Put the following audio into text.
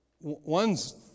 one's